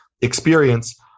experience